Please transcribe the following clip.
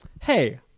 hey